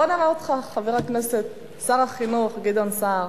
בוא נראה אותך, חבר הכנסת, שר החינוך גדעון סער.